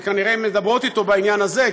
שכנראה מדברות אתו בעניין הזה,